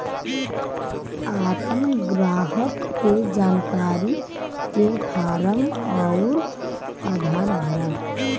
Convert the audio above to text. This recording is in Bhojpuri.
आपन ग्राहक के जानकारी के फारम अउर आधार भरा